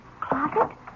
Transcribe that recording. closet